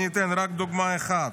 אני אתן רק דוגמה אחת: